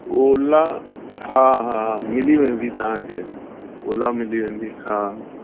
ओला हा हा मिली वेंदी तव्हांखे ओला मिली वेंदी हा